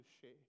share